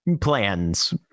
plans